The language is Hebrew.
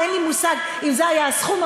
ואין לי מושג אם זה היה הסכום,